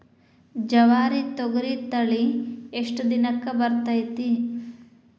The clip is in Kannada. ಜವಾರಿ ತೊಗರಿ ತಳಿ ಎಷ್ಟ ದಿನಕ್ಕ ಬರತೈತ್ರಿ?